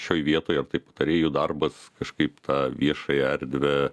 šioj vietoj ar tai patarėjų darbas kažkaip tą viešąją erdvę